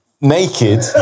naked